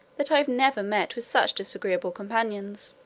that i never met with such disagreeable companions.